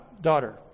daughter